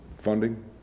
funding